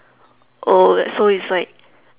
oh so it's like